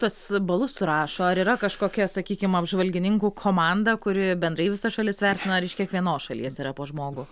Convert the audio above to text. tuos balus surašo ar yra kažkokia sakykim apžvalgininkų komanda kuri bendrai visas šalis vertina ar iš kiekvienos šalies yra po žmogų